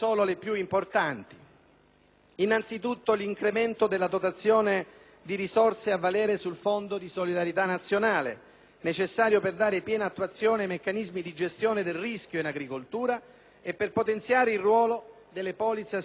innanzitutto l'incremento della dotazione di risorse a valere sul Fondo di solidarietà nazionale, necessario per dare piena attuazione ai meccanismi di gestione del rischio in agricoltura e per potenziare il ruolo delle polizze assicurative nazionali;